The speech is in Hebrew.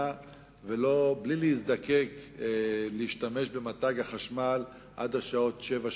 בלי להזדקק למתג החשמל עד השעות 19:00,